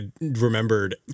remembered